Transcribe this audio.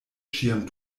ĉiam